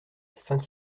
saint